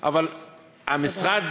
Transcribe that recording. אבל המשרד